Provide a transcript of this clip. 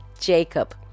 Jacob